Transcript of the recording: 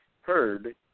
heard